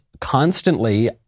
constantly